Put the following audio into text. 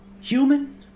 human